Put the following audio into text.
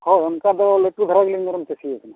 ᱦᱳᱭ ᱚᱱᱠᱟ ᱫᱚ ᱞᱟᱹᱴᱩ ᱫᱷᱟᱨᱟ ᱜᱮᱞᱤᱧ ᱢᱮᱨᱚᱢ ᱪᱟᱹᱥᱤ ᱟᱠᱟᱱᱟ